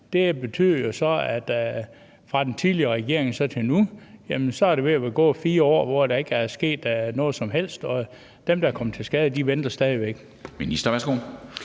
så, at der fra den tidligere regering og så til nu er ved at være gået 4 år, hvor der ikke er sket noget som helst. Og dem, der er kommet til skade, venter stadig væk.